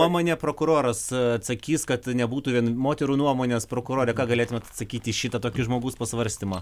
nuomone prokuroras atsakys kad nebūtų vien moterų nuomonės prokurore ką galėtumėt atsakyti į šitą tokį žmogaus pasvarstymą